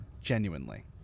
Genuinely